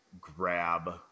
grab